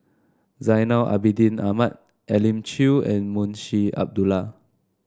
Zainal Abidin Ahmad Elim Chew and Munshi Abdullah